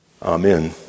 Amen